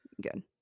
Good